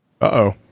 Uh-oh